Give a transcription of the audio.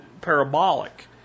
parabolic